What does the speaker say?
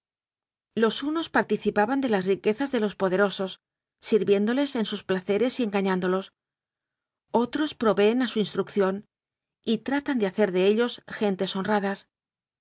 los unos participan de las riquezas de los poderosos sirviéndoles en sus placeres y enga ñándolos otros proveen a su instrucción y tratan de hacer de ellos gentes honradas